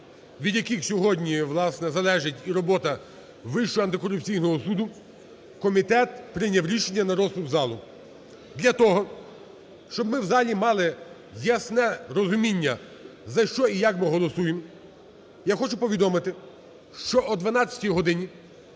від яких сьогодні, власне, залежить і робота Вищого антикорупційного суду, комітет прийняв рішення – на розсуд залу. Для того, щоб ми у залі мали ясне розуміння, за що і як ми голосуємо, я хочу повідомити, що о 12 годині